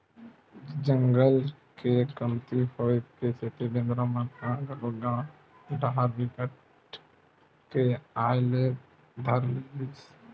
जंगल के कमती होए के सेती बेंदरा मन ह घलोक गाँव डाहर बिकट के आये ल धर लिस